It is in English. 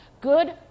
Good